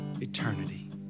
eternity